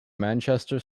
manchester